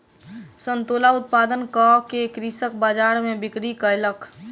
संतोला उत्पादन कअ के कृषक बजार में बिक्री कयलक